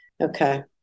Okay